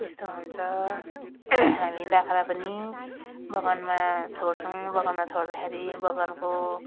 त्यस्तो हुन्छ हामी बाख्रा पनि बगानमा छोड्छौँ बगानमा छोड्दाखेरि बगानको